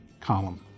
column